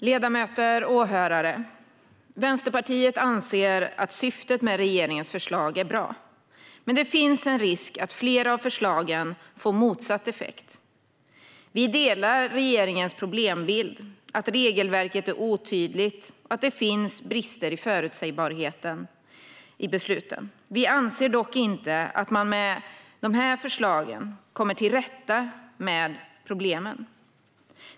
Ledamöter och åhörare! Vänsterpartiet anser att syftet med regeringens förslag är bra, men det finns en risk att flera av förslagen får motsatt effekt. Vi delar regeringens problembild: att regelverket är otydligt och att det finns brister i förutsägbarheten i besluten. Vi anser dock inte att man med dessa förslag kommer till rätta med problemen.